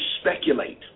speculate